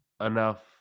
enough